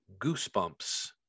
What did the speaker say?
Goosebumps